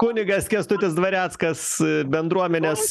kunigas kęstutis dvareckas bendruomenės